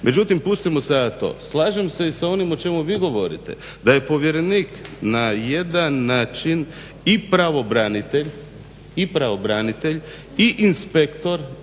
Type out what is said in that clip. Međutim, pustimo sada to. Slažem se i sa onim o čemu vi govorite da je povjerenik na jedan način i pravobranitelj i inspektor